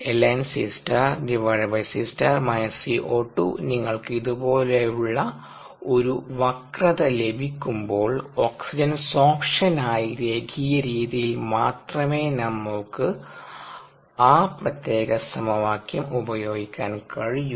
lnCC Co2 നിങ്ങൾക്ക് ഇതുപോലുള്ള ഒരു വക്രത ലഭിക്കുമ്പോൾ ഓക്സിജൻ സോർപ്ഷനായി രേഖീയ രീതിയിൽ മാത്രമേ നമ്മൾക് ആ പ്രത്യേക സമവാക്യം ഉപയോഗിക്കാൻ കഴിയൂ